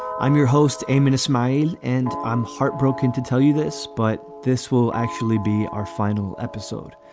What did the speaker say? i'm your host, aymond smile and i'm heartbroken to tell you this, but this will actually be our final episode.